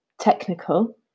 technical